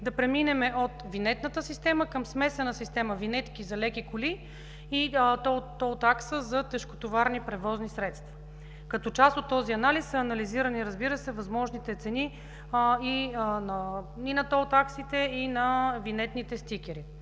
да преминем от винетната система към смесена система – винетки за леки коли и тол такса за тежкотоварни превозни средства. Като част от този анализ са анализирани, разбира се, възможните цени и на тол таксите, и на винетните стикери.